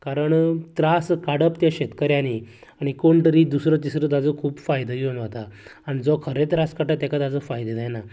कारण त्रास काडप त्या शेतकऱ्यांनी आनी कोण तरी दुसरो तिसरो ताचो खूब फायदो घेवन वता आनी जो खरें त्रास काडटा तेका तेचो फायदो जायना